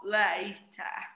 later